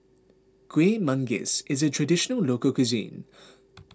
Kuih Manggis is a Traditional Local Cuisine